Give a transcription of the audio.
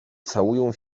całują